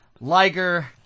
Liger